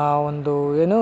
ಆ ಒಂದು ಏನು